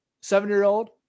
seven-year-old